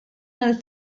nel